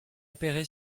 opéré